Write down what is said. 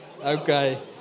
Okay